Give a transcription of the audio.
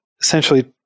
essentially